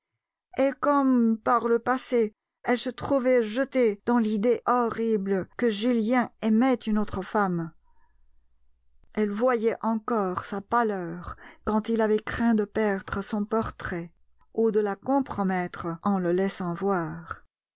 et comme par le passé elle se trouvait jetée dans l'idée horrible que julien aimait une autre femme elle voyait encore sa pâleur quand il avait craint de perdre son portrait ou de la compromettre en le laissant voir